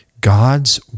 God's